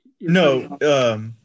No